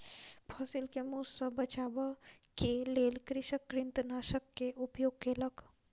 फसिल के मूस सॅ बचाबअ के लेल कृषक कृंतकनाशक के उपयोग केलक